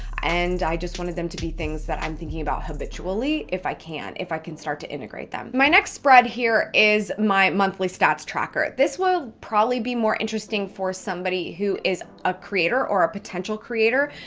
and i just wanted them to be things that i'm thinking about habitually if i can, if i can start to integrate them. my next spread here is my monthly stats tracker. this will probably be more interesting for somebody who is a creator or a potential creator.